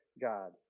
God